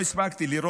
לא הספקתי לראות.